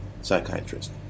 psychiatrist